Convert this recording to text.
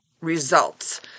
results